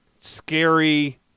scary